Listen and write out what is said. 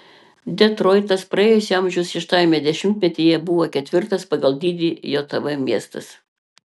detroitas praėjusio amžiaus šeštajame dešimtmetyje buvo ketvirtas pagal dydį jav miestas